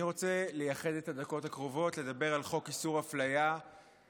אני רוצה לייחד את הדקות הקרובות ולדבר על חוק איסור אפליה ועל